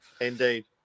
Indeed